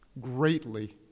greatly